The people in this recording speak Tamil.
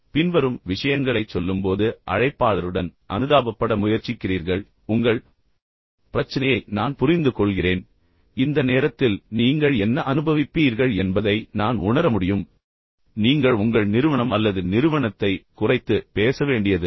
பின்வரும் விஷயங்களைச் சொல்லும்போது அழைப்பாளருடன் அனுதாபப்பட முயற்சிக்கிறீர்கள் அதாவது உங்கள் பிரச்சினையை நான் புரிந்துகொள்கிறேன் இந்த நேரத்தில் நீங்கள் என்ன அனுபவிப்பீர்கள் என்பதை நான் உண்மையில் உணர முடியும் ஆனால் அதே நேரத்தில் நீங்கள் உங்கள் நிறுவனம் அல்லது நிறுவனத்தை குறைத்து பேச வேண்டியதில்லை